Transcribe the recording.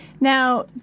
Now